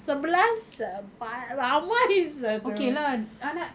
sebelas sia par~ ramai sia tu anak